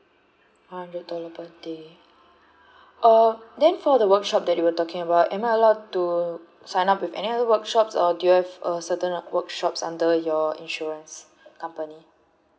one hundred dollar per day uh then for the workshop that you were talking about am I allow to sign up with any other workshops or do you have a certain workshops under your insurance company